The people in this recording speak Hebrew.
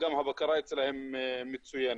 גם הבקרה אצלם מצוינת.